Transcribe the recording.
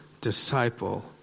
disciple